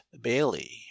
Bailey